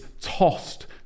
tossed